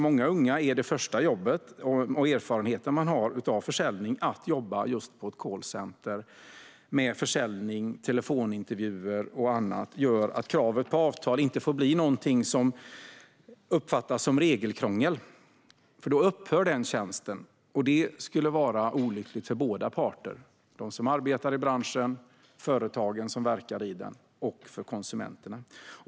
Många unga får det första jobbet på ett callcenter med försäljning, telefonintervjuer och annat, och kravet på avtal får inte bli någonting som uppfattas som regelkrångel, för då upphör den tjänsten. Det skulle vara olyckligt för alla parter - de som arbetar i branschen, företagen som verkar i den och konsumenterna.